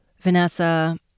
Vanessa